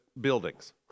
buildings